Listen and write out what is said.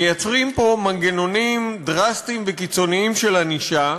מייצרים פה מנגנונים דרסטיים וקיצוניים של ענישה,